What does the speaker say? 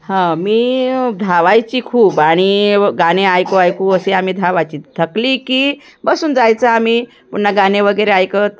हां मी धावायची खूप आणि गाणे ऐकू ऐकू असे आम्ही धावाची थकली की बसून जायचं आम्ही पुन्हा गाणे वगैरे ऐकत